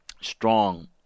Strong